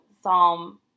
psalm